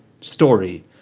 story